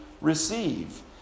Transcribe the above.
receive